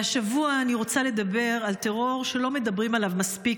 השבוע אני רוצה לדבר על טרור שלא מדברים עליו מספיק,